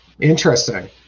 Interesting